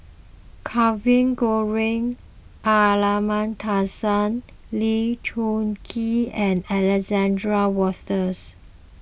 Kavignareru Amallathasan Lee Choon Kee and Alexander Wolters